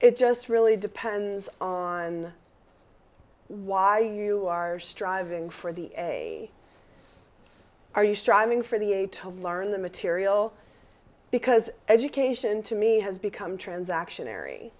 it just really depends on why you are striving for the a are you striving for the a to learn the material because education to me has become transaction